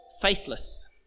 faithless